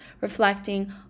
reflecting